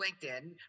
LinkedIn